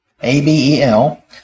A-B-E-L